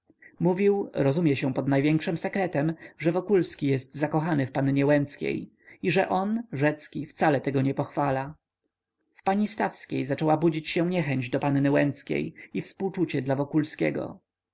mówił rozumie się pod największym sekretem że wokulski jest zakochany w pannie łęckiej i że on rzecki wcale tego nie pochwala w pani stawskiej zaczęła budzić się niechęć do panny łęckiej i współczucie dla